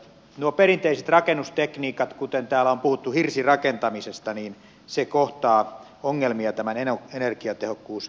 nuo perinteiset rakennustekniikat kuten hirsirakentaminen josta täällä on puhuttu kohtaavat ongelmia tämän energiatehokkuusdirektiivin kanssa